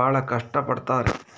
ಭಾಳ ಕಷ್ಟ ಪಡ್ತಾರೆ